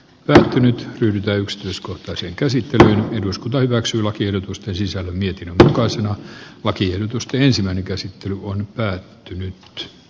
mitä nyt ryhdytä yksityiskohtaisen käsittelyn eduskunta hyväksyy lakiehdotusten sisältämiä tokaisi no lakiehdotusten ensimmäinen käsittely on tarkoituksenmukaista